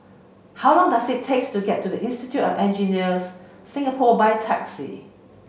how long does it take to get to the Institute of Engineers Singapore by taxi